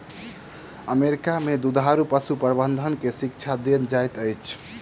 America में दुधारू पशु प्रबंधन के शिक्षा देल जाइत अछि